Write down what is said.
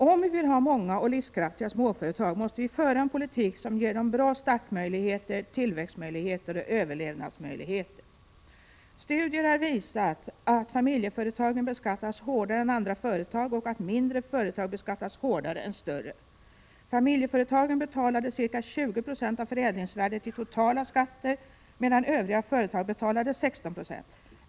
Om vi vill ha många och livskraftiga småföretag, måste vi föra en politik som ger dem bra startmöjligheter, tillväxtmöjligheter och överlevnadsmöjligheter. Studier har visat att familjeföretagen beskattas hårdare än andra företag och att mindre företag beskattas hårdare än större. Familjeföretagen betalade ca 20 96 av förädlingsvärdet i totala skatter, medan övriga företag betalade 16 26.